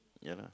ya lah